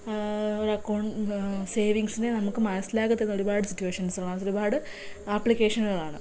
ഒരു അക്കൗണ്ട് സേവിങ്സിനെ നമുക്ക് മനസ്സിലാക്കി തന്ന ഒരുപാട് സിറ്റുവേഷൻസുകളാണ് ഒരുപാട് ആപ്പ്ളിക്കേഷനുകളാണ്